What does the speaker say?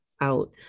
out